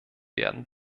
werden